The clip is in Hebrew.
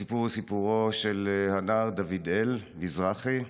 הסיפור הוא סיפור של הנער דוד-אל מזרחי,